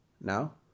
now